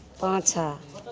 पाछाँ